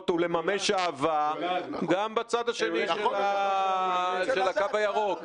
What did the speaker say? ולממש אהבה גם בצד השני של הקו הירוק.